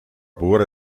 pura